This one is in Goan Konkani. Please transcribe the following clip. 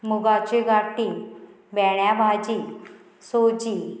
मुगाची गाटी भेण्याभाजी सोजी